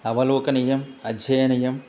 अवलोकनीयम् अध्ययनीयम्